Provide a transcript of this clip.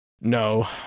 No